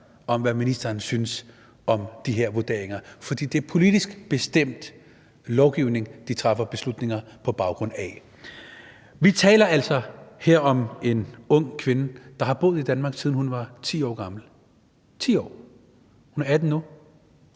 om, hvad ministeren synes om de her vurderinger. For det er politisk bestemt lovgivning, de træffer beslutninger på baggrund af. Vi taler altså her om en ung kvinde, der har boet i Danmark, siden hun var 10 år gammel – 10 år. Usna er 18 år